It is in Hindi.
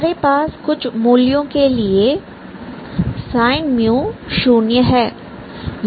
हमारे पास कुछ मूल्यों के लिए sin शून्य है